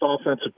offensive